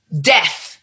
death